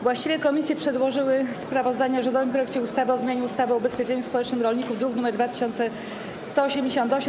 Właściwe komisje przedłożyły sprawozdanie o rządowym projekcie ustawy o zmianie ustawy o ubezpieczeniu społecznym rolników, druk nr 2188.